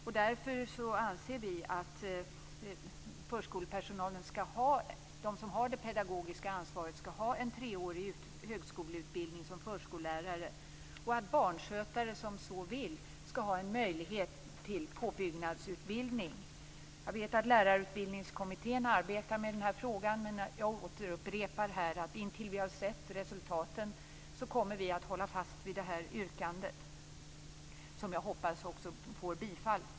Vi anser att de som har det pedagogiska ansvaret skall ha en treårig högskolelutbildning som förskollärare och att barnskötare som så vill skall ha en möjlighet till påbyggnadsutbildning. Jag vet att Lärarutbildningskommittén arbetar med denna fråga, men jag återupprepar att intill dess vi har sett resultaten kommer vi att hålla fast vid detta yrkande, som jag också hoppas bifalls.